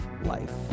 life